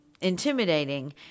intimidating